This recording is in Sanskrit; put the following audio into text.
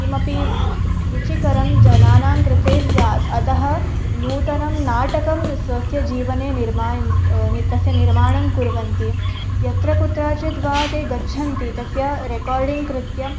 किमपि रुचिकरं जनानं कृते स्यात् अतः नूतनं नाटकं स्वस्य जीवने निर्मायन् तस्य निर्माणं कुर्वन्ति यत्र कुत्रचिद्वा ते गच्छन्ति तस्य रेकोर्डिङ्ग् कृत्य